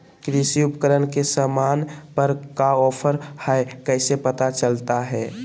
कृषि उपकरण के सामान पर का ऑफर हाय कैसे पता चलता हय?